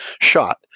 shot